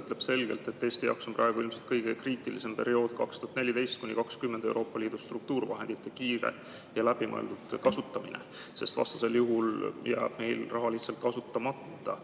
ütleb selgelt, et Eesti jaoks on praegu ilmselt kõige kriitilisem perioodi 2014–2020 Euroopa Liidu struktuurivahendite kiire ja läbimõeldud kasutamine, sest vastasel juhul jääb raha lihtsalt kasutamata.